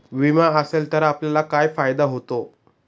विमा असेल तर आपल्याला काय फायदा होतो?